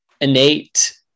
innate